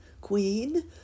queen